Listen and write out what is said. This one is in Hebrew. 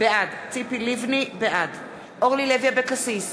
בעד אורלי לוי אבקסיס,